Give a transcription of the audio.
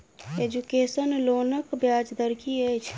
Education लोनक ब्याज दर की अछि?